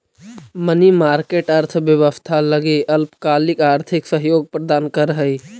money market अर्थव्यवस्था लगी अल्पकालिक आर्थिक सहयोग प्रदान करऽ हइ